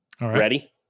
Ready